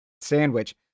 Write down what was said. sandwich